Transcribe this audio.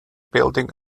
building